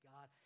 God